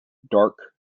dark